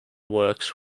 works